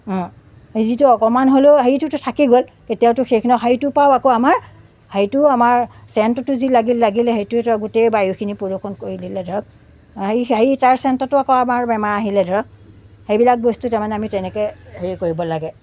এই যিটো অকণমান হ'লেও হেৰিটোতো থাকি গ'ল কেতিয়াওতো শেষ নহয় সেইটোৰ পৰাও আকৌ আমাৰ সেইটোও আমাৰ চেণ্টটোতো যি লাগিল লাগিলে সেইটোই ধৰক গোটেই বায়ুখিনি প্ৰদূষণ কৰি দিলে ধৰক এই সেই তাৰ চেণ্টতো আকৌ আমাৰ বেমাৰ আহিলে ধৰক সেইবিলাক বস্তু তাৰ মানে আমি তেনেকৈ হেৰি কৰিব লাগে